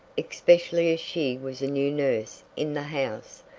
especially as she was a new nurse in the house,